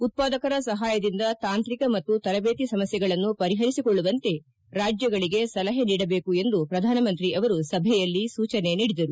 ಉತ್ಪಾದಕರ ಸಹಾಯದಿಂದ ತಾಂಕ್ರಿಕ ಮತ್ತು ತರಬೇತಿ ಸಮಸ್ನೆಗಳನ್ನು ಪರಿಹರಿಸಿಕೊಳ್ಳುವಂತೆ ರಾಜ್ಗಳಿಗೆ ಸಲಹೆ ನೀಡಬೇಕು ಎಂದು ಪ್ರಧಾನ ಮಂತ್ರಿ ಅವರು ಸಭೆಯಲ್ಲಿ ಸೂಚನೆ ನೀಡಿದರು